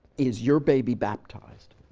is your baby baptized?